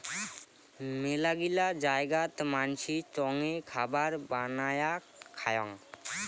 মেলাগিলা জায়গাত মানসি চঙে খাবার বানায়া খায়ং